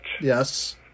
Yes